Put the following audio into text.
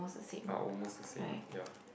are almost the same ya